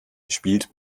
spielt